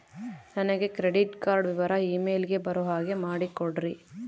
ನನಗೆ credit card ವಿವರ email ಗೆ ಬರೋ ಹಾಗೆ ಮಾಡಿಕೊಡ್ರಿ?